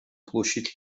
площадь